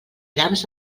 grams